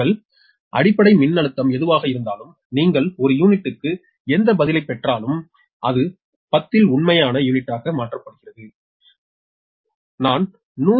உங்கள் அடிப்படை மின்னழுத்தம் எதுவாக இருந்தாலும் நீங்கள் ஒரு யூனிட்டுக்கு எந்த பதிலைப் பெற்றாலும் அது பத்தில் உண்மையான யூனிட்டாக மாற்றப்படும் போது நீங்கள் சொல்வது அதே விஷயம்